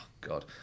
God